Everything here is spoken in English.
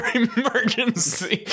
emergency